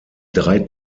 drei